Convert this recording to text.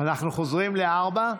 אנחנו חוזרים להצעה מס' 4,